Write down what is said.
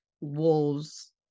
Wolves